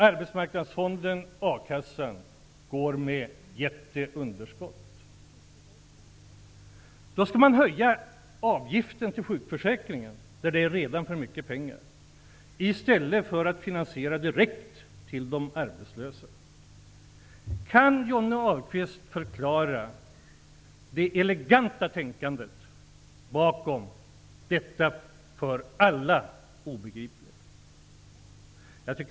Arbetsmarknadsfonden och a-kassan går med ett jättelikt underskott. Då vill Socialdemokraterna höja avgiften till sjukförsäkringen, som redan har för mycket pengar, i stället för att finansiera direkt till de arbetslösa. Kan Johnny Ahlqvist förklara det eleganta tänkandet bakom detta för alla obegripliga?